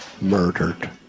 murdered